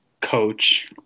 coach